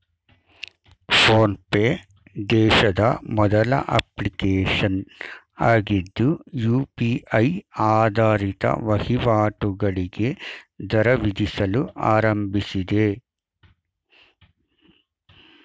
phone pay ದೇಶದ ಮೊದಲ application ಆಗಿದ್ದು ಯು.ಪಿ.ಐ ಆಧಾರಿತ ವಹಿವಾಟುಗಳಿಗೆ ದರ ವಿಧಿಸಲು ಆರಂಭಿಸಿದೆ